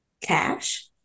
Cash